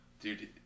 dude